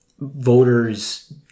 voters